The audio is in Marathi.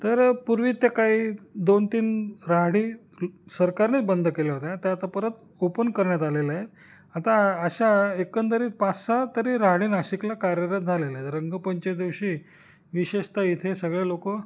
तर पूर्वी त्या काही दोन तीन राहाडी सरकारनेच बंद केल्या होत्या त्या आता परत ओपन करण्यात आलेलं आहेत आता अशा एकंदरीत पाच सहा तरी राहाडी नाशिकला कार्यरत झालेलं आहे रंगपंचमीच्या दिवशी विशेषत इथे सगळे लोक